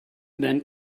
then